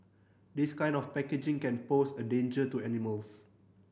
this kind of packaging can pose a danger to animals